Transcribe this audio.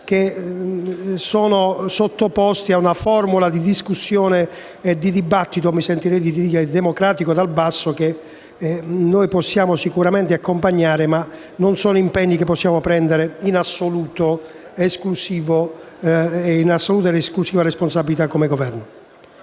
che sono sottoposti a una formula di discussione e di dibattito democratico dal basso che noi possiamo sicuramente accompagnare, ma che non possiamo prendere in assoluta ed esclusiva responsabilità come Governo.